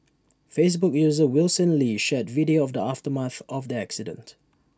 Facebook user Wilson lee shared video of the aftermath of the accident